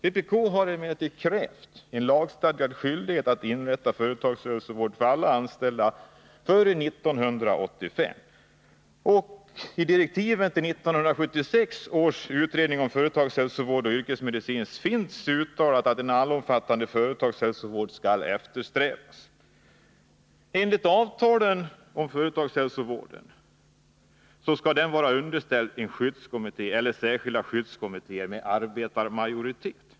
Vpk har emellertid krävt en lagstadgad skyldighet att inrätta företagshälsovård för alla anställda före 1985, och i direktiven till 1976 års utredning om företagshälsovård och yrkesmedicin uttalas att en allomfattande företagshälsovård skall eftersträvas. Enligt avtalen om företagshälsovård skall denna vara underställd en skyddskommitté eller särskilda skyddskommittéer med arbetarmajoritet.